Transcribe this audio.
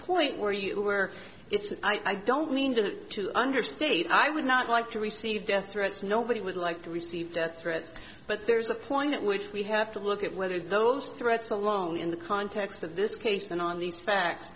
point where you where it's i don't mean to to understate i would not like to receive death threats nobody would like to receive death threats but there's a point at which we have to look at whether those threats alone in the context of this case and on these facts